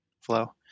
flow